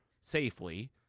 safely